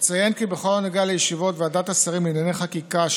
אציין כי בכל הנוגע לישיבות ועדת השרים לענייני חקיקה,